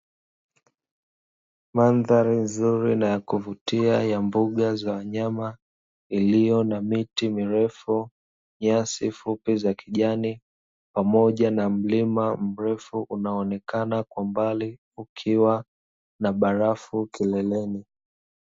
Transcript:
Madhari nzuri na ya kuvutia ya mbuga za wanyama iliyo na miti mirefu, nyasi fupi za kijani pamoja na mlima mrefu unaonekana kwa mbali ukiwa na barafu kileleni.